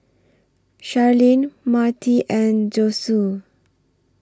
Sharlene Marti and Josue